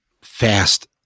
fast